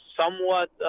somewhat